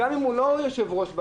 אני לא אוהבת שאם יש לאנשים שאלה,